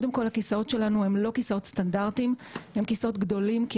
הכיסאות שלנו הם לא כיסאות סטנדרטיים אלא אם כיסאות גדולים כי